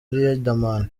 riderman